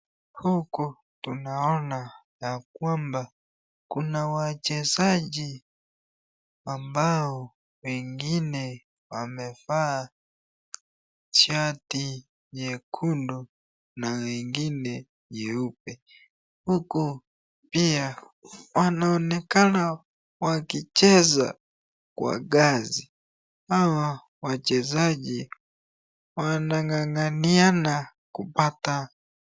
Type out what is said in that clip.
Huku tunaona ya kwamba kuna wachezaji ambao wengine wamevaa shati nyekundu na wengine nyeupe, huku pia wanaonekana wakicheza kwa kazi, hawa wachezaji wananganganiana kupata mpira.